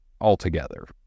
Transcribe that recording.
altogether